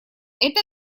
это